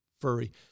furry